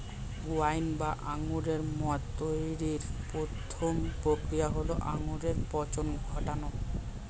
wine বা আঙুরের মদ তৈরির প্রথম প্রক্রিয়া হল আঙুরে পচন ঘটানো